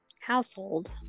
household